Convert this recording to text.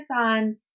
on